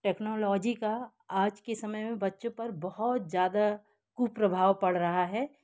technology का आज के समय में बच्चों पर बहुत ज़्यादा कुप्रभाव पड़ रहा है